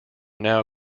now